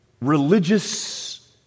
religious